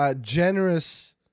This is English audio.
generous